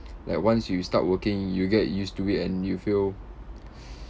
like once you start working you get used to it and you feel